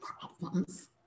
problems